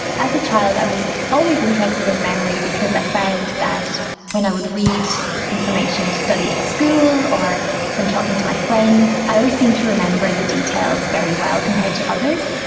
as a child i was always interested in memory because i found that when i would read information to study at school or from talking to my friends, i always seemed to remember the details very well compared to others.